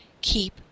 Keep